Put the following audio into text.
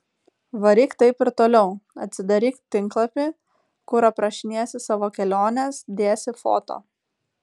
varyk taip ir toliau atsidaryk tinklapį kur aprašinėsi savo keliones dėsi foto